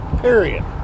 period